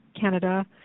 Canada